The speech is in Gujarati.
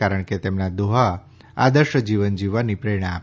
કારણ કે તેમના દોહા આદર્શ જીવન જીવવાની પ્રેરણા આપે છે